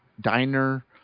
diner